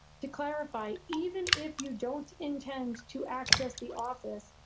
to clarify, even if you don't intend to access the office.